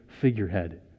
figurehead